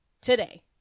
today